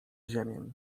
ziemię